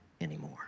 anymore